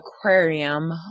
aquarium